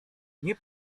nie